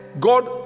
God